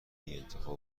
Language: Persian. بیانتها